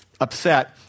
upset